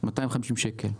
250 שקל.